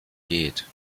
geht